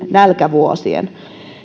nälkävuosien